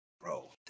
bro